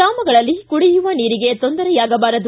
ಗ್ರಾಮಗಳಲ್ಲಿ ಕುಡಿಯುವ ನೀರಿಗೆ ತೊಂದರೆಯಾಗಬಾರದು